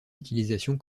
utilisation